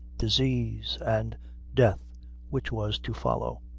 disease, and death which was to follow.